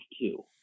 two